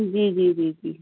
جی جی جی جی